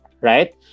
right